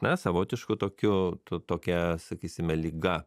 na savotišku tokiu tu tokia sakysime liga